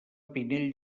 pinell